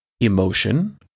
emotion